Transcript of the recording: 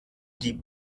die